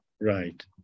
Right